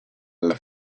alla